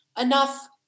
enough